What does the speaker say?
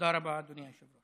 תודה רבה, אדוני היושב-ראש.